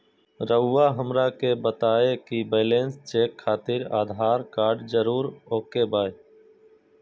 रउआ हमरा के बताए कि बैलेंस चेक खातिर आधार कार्ड जरूर ओके बाय?